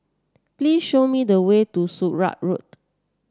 please show me the way to Sakra Road